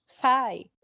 hi